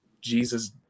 Jesus